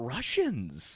Russians